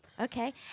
okay